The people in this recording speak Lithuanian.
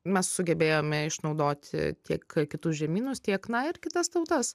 mes sugebėjome išnaudoti tiek kitus žemynus tiek na ir kitas tautas